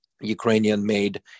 Ukrainian-made